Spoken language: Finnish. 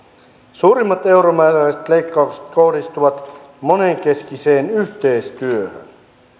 suurimmat euromääräiset leikkaukset kohdistuvat monenkeskiseen yhteistyöhön